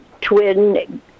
twin